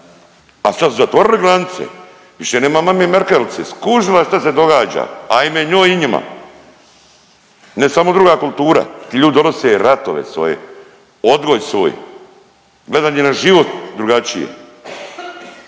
A sad su zatvorili granice. Više nema mame Merkelice. Skužila je šta se događa. Ajme njoj i njima. Ne samo druga kultura. Ljudi donose ratove svoje, odgoj svoj. Gledanje na život drugačije.